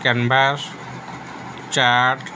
canvas chart